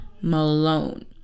Malone